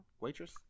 waitress